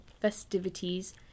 festivities